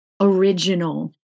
original